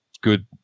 good